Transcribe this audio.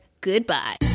Goodbye